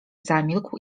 zamilkł